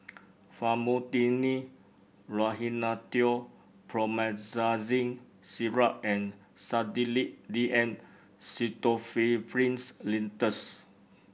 Famotidine Rhinathiol Promethazine Syrup and Sedilix D M Pseudoephrine Linctus